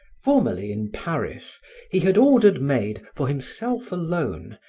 formerly in paris he had ordered made, for himself alone,